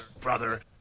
Brother